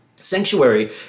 Sanctuary